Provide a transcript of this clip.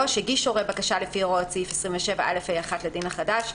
(3)הגיש הורה בקשה לפי הוראות סעיף 27א(ה)(1) לדין החדש,